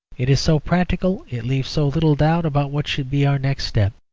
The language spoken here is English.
it is so practical it leaves so little doubt about what should be our next step